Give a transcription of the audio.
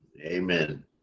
Amen